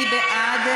מי בעד?